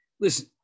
Listen